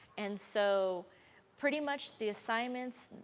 and so pretty much the assignments,